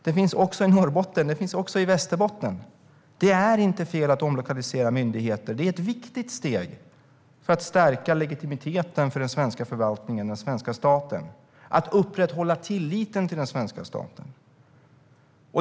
Den finns också i Norrbotten. Den finns också i Västerbotten. Det är inte fel att omlokalisera myndigheter. Det är ett viktigt steg för att stärka legitimiteten för den svenska förvaltningen, den svenska staten, och upprätthålla tilliten till den svenska staten.